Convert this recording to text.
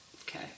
Okay